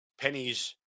pennies